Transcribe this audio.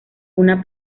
una